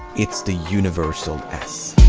it's the universal s!